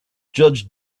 judge